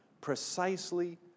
precisely